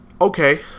Okay